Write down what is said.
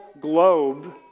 globe